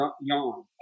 yawn